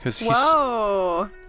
Whoa